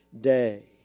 day